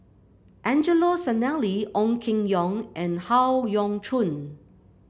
Angelo Sanelli Ong Keng Yong and Howe Yoon Chong